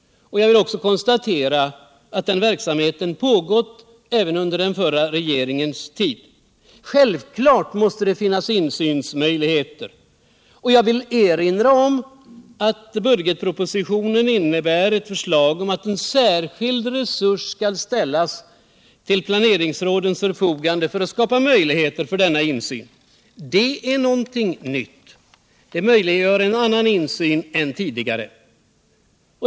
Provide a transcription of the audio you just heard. Jag vill också konstatera att den verksamheten pågått även under den förra regeringens tid. Självklart måste det finnas insynsmöjligheter. Jag erinrar om att budgetpropositionen innebär ett förslag om att särskilda resurser skall ställas till planeringsrådens förfogande för att skapa möjligheter till denna insyn. Det är någonting nytt, och det möjliggör en annan insyn än tidigare.